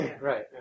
Right